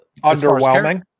underwhelming